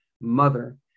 mother